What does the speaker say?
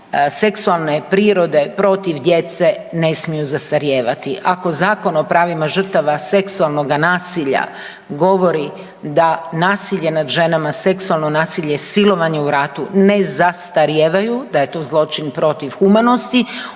seksualne prirode protiv djece ne smiju zastarijevati. Ako Zakon o pravima žrtava seksualnoga nasilja govori da nasilje nad ženama, seksualno nasilje, silovanje u ratu ne zastarijevaju, da je to zločin protiv humanosti,